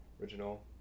original